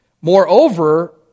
Moreover